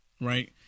Right